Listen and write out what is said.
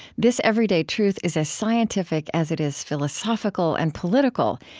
this everyday truth is as scientific as it is philosophical and political,